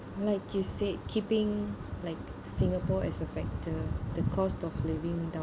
like you said keeping like singapore as a factor the cost of living